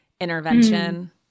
intervention